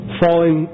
falling